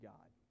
God